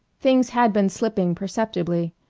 things had been slipping perceptibly.